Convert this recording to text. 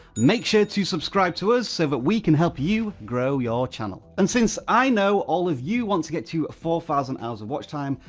make sure to subscribe to us so that we can help you grow your channel. and since i know all of you want to get to four thousand hours of watch time,